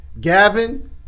Gavin